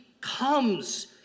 comes